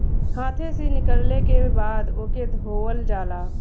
हाथे से निकलले के बाद ओके धोवल जाला